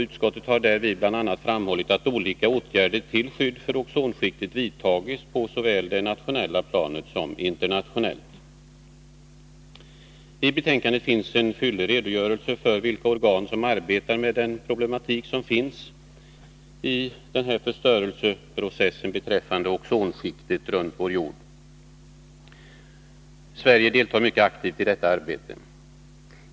Utskottet har därvid bl.a. framhållit att olika åtgärder till skydd för ozonskiktet vidtagits såväl på det nationella planet som internationellt. I betänkandet finns en fyllig redogörelse för vilka organ som arbetar med den problematik som finns i förstörelseprocessen beträffande ozonskiktet kring jorden. Sverige deltar mycket aktivt i detta arbete.